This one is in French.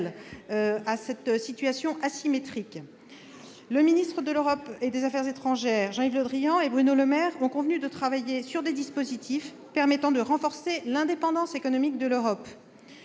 à cette situation asymétrique. Le ministre de l'Europe et des affaires étrangères, Jean-Yves Le Drian, et Bruno Le Maire sont convenus de travailler sur des dispositifs permettant de renforcer l'indépendance économique de l'Europe.